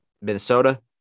Minnesota